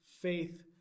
faith